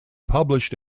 published